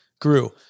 grew